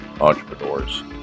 Entrepreneurs